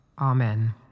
Amen